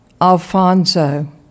Alfonso